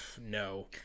No